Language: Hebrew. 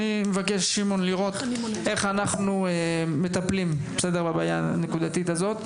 אני מבקש לראות איך אנחנו מטפלים בבעיה הנקודתית הזאת.